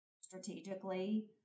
strategically